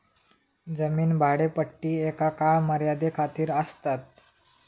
जमीन भाडेपट्टी एका काळ मर्यादे खातीर आसतात